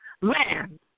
land